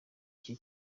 icyo